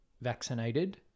vaccinated